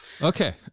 Okay